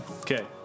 Okay